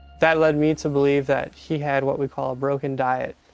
that lead me to believe that he had what we call a broken diet.